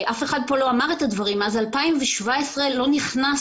אף אחד כאן לא אמר את הדברים אבל עד 2017 לא נכנס